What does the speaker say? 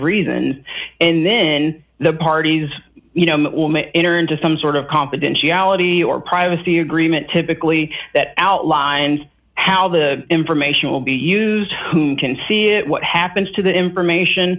reason and then the parties you know enter into some sort of confidentiality or privacy agreement typically that outlines how the information will be used who can see it what happens to that information